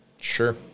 sure